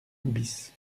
bis